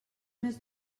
més